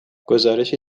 گزارشی